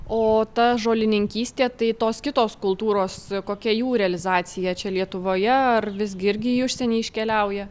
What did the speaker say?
o ta žolininkystė tai tos kitos kultūros kokia jų realizacija čia lietuvoje ar visgi irgi į užsienį iškeliauja